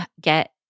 get